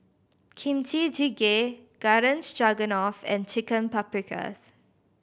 Kimchi Jjigae Garden Stroganoff and Chicken Paprikas